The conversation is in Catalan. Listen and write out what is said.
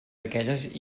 aquelles